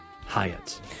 Hyatt